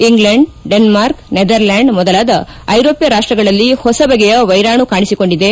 England Denmark Netherland ಮೊದಲಾದ ಐರೋಷ್ಣ ರಾಷ್ಷಗಳಲ್ಲಿ ಹೊಸ ಬಗೆಯ ವೈರಾಣು ಕಾಣಿಸಿಕೊಂಡಿದೆ